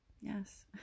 yes